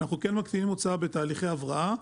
אנחנו כן מקטינים הוצאה בתהליכי הבראה.